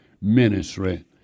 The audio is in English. ministry